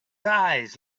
eyes